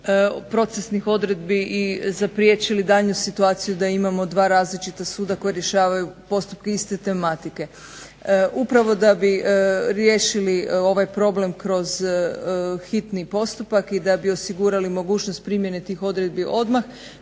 procesnih odredbi i zapriječili daljnju situaciju da imamo dva različita suda koji rješavaju postupke iste tematike. Upravo da bi riješili ovaj problem kroz hitni postupak i da bi osigurali mogućnost primjene tih odredbi odmah